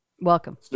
Welcome